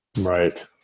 right